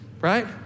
Right